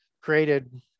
created